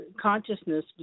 Consciousness